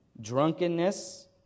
drunkenness